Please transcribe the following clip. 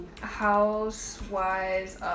Housewives